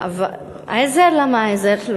עזר, למה עזר?